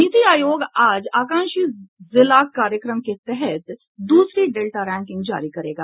नीति आयोग आज आकांक्षी जिला कार्यक्रम के तहत दूसरी डेल्टा रैंकिंग जारी करेगा